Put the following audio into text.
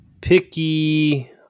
picky